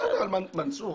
בסדר, מנסור.